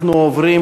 אנחנו עוברים